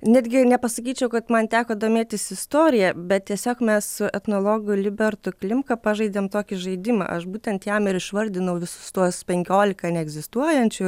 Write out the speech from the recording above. netgi nepasakyčiau kad man teko domėtis istorija bet tiesiog mes su etnologu libertu klimka pažaidėm tokį žaidimą aš būtent jam ir išvardinau visus tuos penkiolika neegzistuojančių